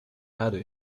herde